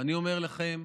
אני אומר לכם,